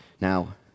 Now